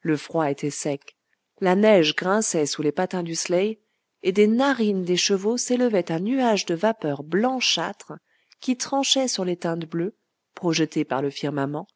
le froid était sec la neige grinçait sous les patins du sleigh et des narines des chevaux s'élevait un nuage de vapeur blanchâtre qui tranchait sur les teintes bleues projetées par le firmament